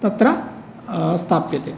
तत्र स्थाप्यते